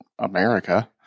America